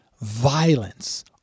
violence